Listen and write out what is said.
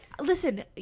listen